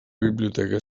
biblioteca